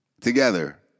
together